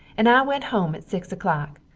and i went home at six o'clock,